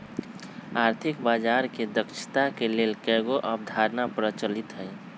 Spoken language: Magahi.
आर्थिक बजार के दक्षता के लेल कयगो अवधारणा प्रचलित हइ